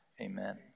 Amen